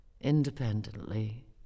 independently